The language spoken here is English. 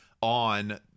on